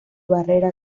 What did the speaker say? barrera